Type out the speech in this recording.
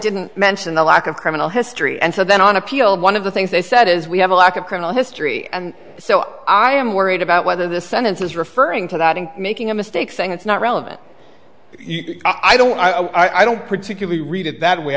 didn't mention the lack of criminal history and so then on appeal one of the things they said is we have a lack of criminal history and so i am worried about whether this sentence is referring to that and making a mistake saying it's not relevant i don't i don't particularly read it that way